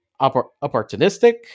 opportunistic